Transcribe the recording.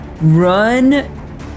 run